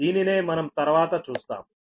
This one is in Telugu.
దీనినే మనం తర్వాత చూస్తాము